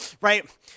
right